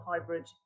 hybrid